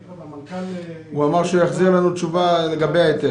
המנכ"ל אמר --- הוא אמר שהוא יחזיר לנו תשובה לגבי ההיתר.